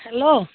hello